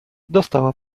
dostała